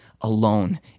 alone